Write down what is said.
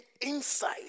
insight